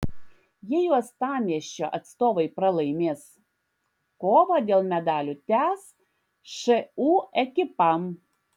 jei uostamiesčio atstovai pralaimės kovą dėl medalių tęs šu ekipa